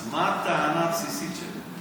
אז מה הטענה הבסיסית שלה?